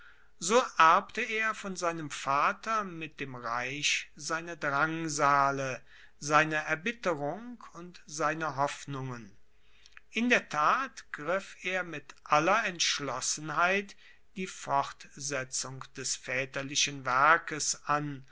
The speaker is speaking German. so erbte er von seinem vater mit dem reich seine drangsale seine erbitterung und seine hoffnungen in der tat griff er mit aller entschlossenheit die fortsetzung des vaeterlichen werkes an